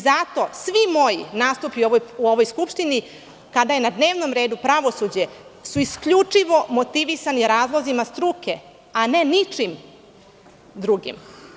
Zato svi moji nastupi u ovoj skupštini, kada je na dnevnom redu pravosuđe, su isključivo motivisani razlozima struke, a ne ničim drugim.